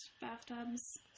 bathtubs